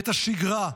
את השגרה.